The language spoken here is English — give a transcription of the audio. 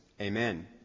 Amen